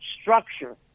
structure